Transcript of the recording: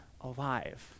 alive